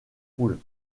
poules